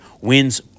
wins